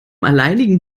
alleinigen